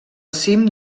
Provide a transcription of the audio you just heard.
cim